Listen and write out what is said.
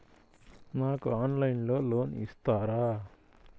నాకు ఆన్లైన్లో లోన్ ఇస్తారా?